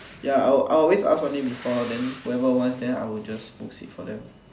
ya I will I will always ask one day before then whoever one then I will just post it for them